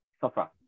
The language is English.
sofa